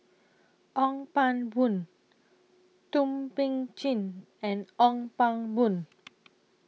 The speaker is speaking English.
Ong Pang Boon Thum Ping Tjin and Ong Pang Boon